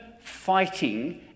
fighting